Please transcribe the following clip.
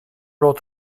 wrote